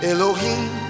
Elohim